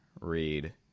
read